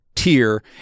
tier